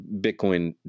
Bitcoin